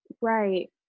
Right